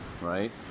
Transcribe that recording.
Right